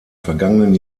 vergangenen